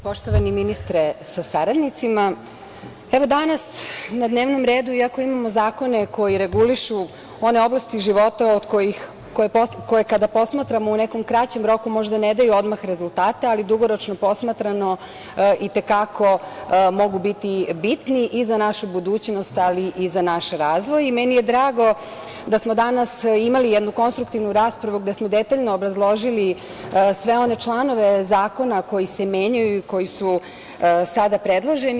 Poštovani ministre sa saradnicima, evo, danas na dnevnom redu iako imamo zakone koji regulišu one oblasti života koje kada posmatramo u nekom kraćem roku možda ne daju odmah rezultate, ali dugoročno posmatrano i te kako mogu biti bitni i za našu budućnost ali i za naš razvoj i meni je drago da smo danas imali jednu konstruktivnu raspravu gde smo detaljno obrazložili sve one članove zakona koji se menjaju i koji su sada predloženi.